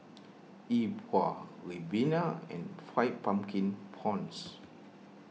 E Bua Ribena and Fried Pumpkin Prawns